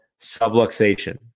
subluxation